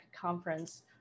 conference